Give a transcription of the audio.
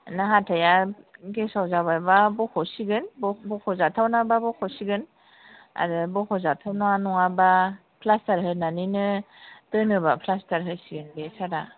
नोंना हाथाया गेसाव जाबाय बा बख'सिगोन बख'जाथावनाबा बख'सिगोन आरो बख'जाथावना नङाबा फ्लाष्टार होनानैनो दोनोबा फ्लाष्टार होसिगोन बे सारा